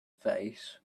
face